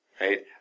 Right